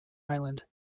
island